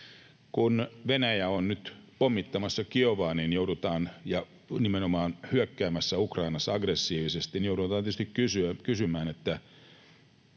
Kun Venäjä on nyt pommittamassa Kiovaa ja nimenomaan hyökkäämässä Ukrainassa aggressiivisesti, niin joudutaan tietysti kysymään, mitä